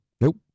Nope